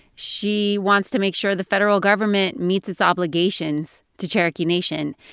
she wants to make sure the federal government meets its obligations to cherokee nation.